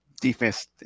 defense